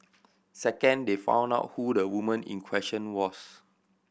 second they found out who the woman in question was